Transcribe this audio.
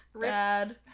Bad